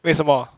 为什么